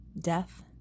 death